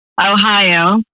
Ohio